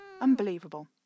Unbelievable